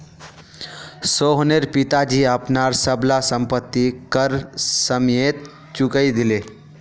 सोहनेर पिताजी अपनार सब ला संपति कर समयेत चुकई दिले